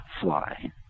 fly